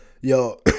Yo